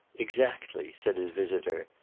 exactly, said his visitor.